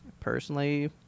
personally